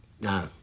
No